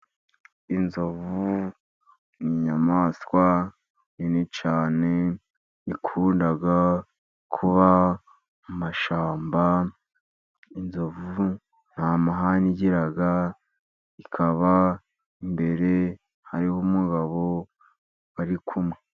Inzovu ni inyamaswa nini cyane ikunda kuba mu mashyamba. Inzovu nta mahane igira, ikaba imbere hariho umugabo bari kumwe.